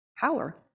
power